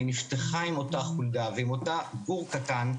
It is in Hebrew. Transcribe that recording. היא נפתחה עם אותה חולדה ועם אותו גור קטן,